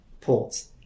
ports